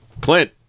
Clint